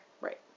Right